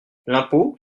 l’impôt